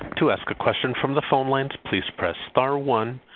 to ask a question from the phone lines, please press star one,